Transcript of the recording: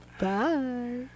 Bye